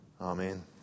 Amen